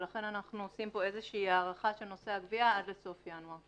ולכן אנחנו עושים פה איזושהי הערכה של נושא הגבייה עד לסוף ינואר.